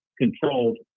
controlled